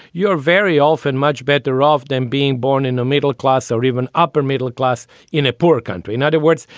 you're very often much better off than being born in a middle class or even upper middle class in a poor country. in other words,